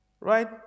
Right